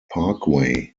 parkway